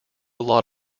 lot